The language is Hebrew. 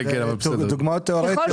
אלה דוגמאות תיאורטיות.